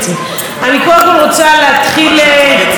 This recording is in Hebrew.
חבל שהקואליציה לא יודעת